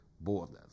borders